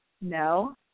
No